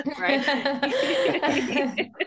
right